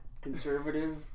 conservative